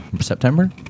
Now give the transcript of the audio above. September